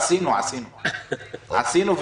עשינו, עשינו.